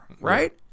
right